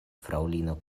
fraŭlino